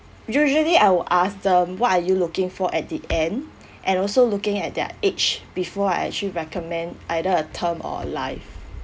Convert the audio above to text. usually I will ask them what are you looking for at the end and also looking at their age before I actually recommend either a term or life